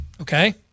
okay